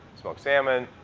smoked salmon,